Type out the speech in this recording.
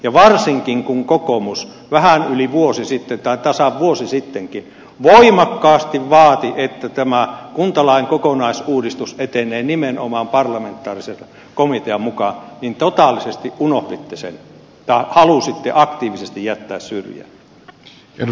ja varsinkin kun kokoomus tasan vuosi sitten voimakkaasti vaati että tämä kuntalain kokonaisuudistus etenee nimenomaan parlamentaarisen komitean mukaan niin totaalisesti unohditte sen tai halusitte aktiivisesti jättää syrjään